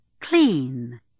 clean